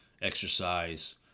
exercise